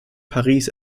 paris